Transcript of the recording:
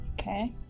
Okay